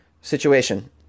situation